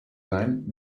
sein